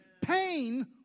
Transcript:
Pain